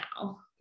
now